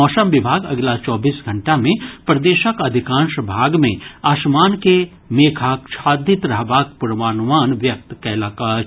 मौसम विभाग अगिला चौबीस घंटा मे प्रदेशक अधिकांश भाग मे आसमान के मेघाच्छादित रहबाक पूर्वानुमान व्यक्त कयलक अछि